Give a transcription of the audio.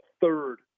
third